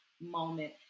moment